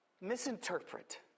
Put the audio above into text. misinterpret